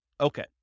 Okay